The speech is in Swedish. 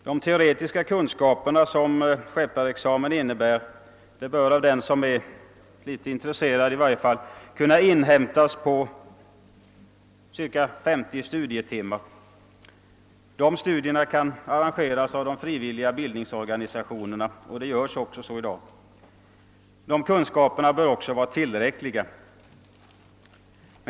De teoretiska kunskaper som krävs för skepparexamen bör i varje fall av den som är en smula intresserad kunna inhämtas på ca 50 studietimmar. Dessa studier kan arrangeras av de frivilliga bildningsorganisationerna, vilket redan i dag förekommer. Dessa kunskaper bör vara tillräckliga.